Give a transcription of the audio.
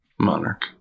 Monarch